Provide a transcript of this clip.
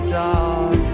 dog